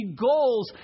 goals